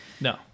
No